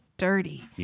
dirty